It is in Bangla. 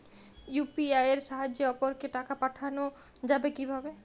ইউ.পি.আই এর সাহায্যে অপরকে টাকা পাঠানো যাবে কিভাবে?